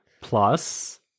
plus